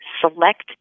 select